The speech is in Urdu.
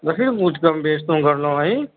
ویسے کچھ کم بیش تو کر لو بھائی